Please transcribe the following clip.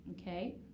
okay